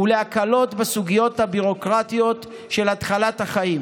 ולהקלות בסוגיות הביורוקרטיות של התחלת החיים.